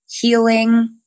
healing